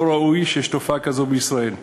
לא ראוי שיש תופעה כזאת בישראל.